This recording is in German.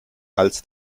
als